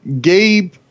Gabe